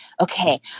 okay